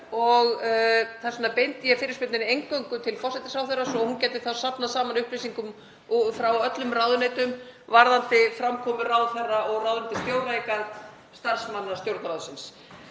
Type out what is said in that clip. og þess vegna beindi ég fyrirspurninni eingöngu til forsætisráðherra svo hún gæti safnað saman upplýsingum frá öllum ráðuneytum varðandi framkomu ráðherra og ráðuneytisstjóra í garð starfsmanna Stjórnarráðsins.